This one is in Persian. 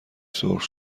سرخ